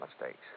mistakes